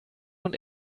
und